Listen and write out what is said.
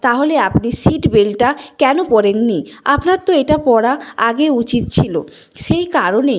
তাহলে আপনি সিট বেল্টটা কেন পরেননি আপনার তো এটা পরা আগে উচিত ছিল সেই কারণে